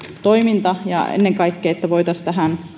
toimintaa ja että ennen kaikkea voitaisiin